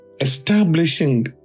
Establishing